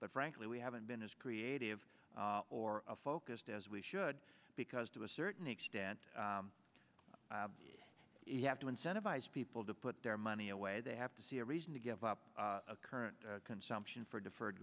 but frankly we haven't been as creative or focused as we should because to a certain extent if you have to incentivize people to put their money away they have to see a reason to give up a current consumption for deferred